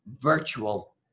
virtual